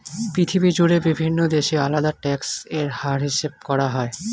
পৃথিবী জুড়ে বিভিন্ন দেশে আলাদা ট্যাক্স এর হার হিসাব করা হয়